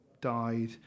Died